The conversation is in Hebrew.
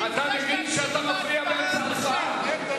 אתה מבין שאתה מפריע באמצע הצבעה?